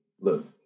look